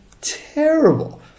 terrible